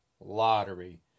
Lottery